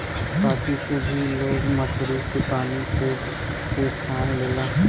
खांची से भी लोग मछरी के पानी में से छान लेला